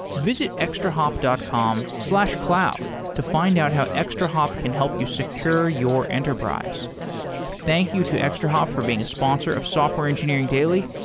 visit extrahop dot com slash cloud to find out how extrahop can help you secure your enterprise thank you to extrahop for being a sponsor of software engineering daily.